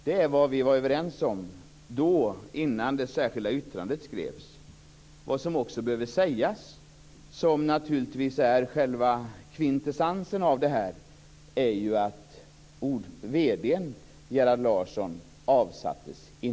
Det är vad vi var överens om, innan det särskilda yttrandet skrevs. Det som även behöver sägas, som naturligtvis är själva kvintessensen av det här, är ju att vd:n,